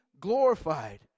glorified